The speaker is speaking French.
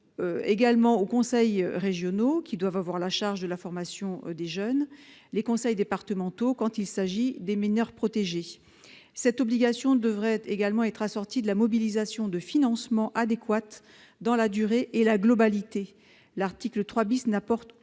soit aux conseils régionaux, qui doivent avoir la charge de la formation des jeunes, soit aux conseils départementaux quand il s'agit de mineurs protégés. Cette obligation devrait également être assortie de la mobilisation de financements adéquats dans la durée et la globalité. L'article 3 n'apporte aucune